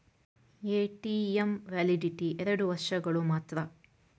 ATM validity ಎರಡು ವರ್ಷಗಳು ಮಾತ್ರ